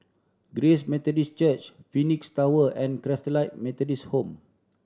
Grace Methodist Church Phoenix Tower and Christalite Methodist Home